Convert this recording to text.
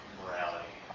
morality